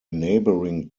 neighbouring